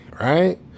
Right